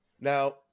Now